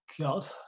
god